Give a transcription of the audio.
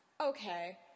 okay